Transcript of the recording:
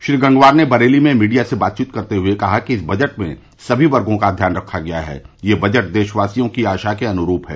श्री गंगवार ने बरेली में मीडिया से बात करते हुए कहा कि इस बजट में सभी वर्गो का ध्यान रखा गया है यह बजट देशवासियों के आशा के अनुरूप है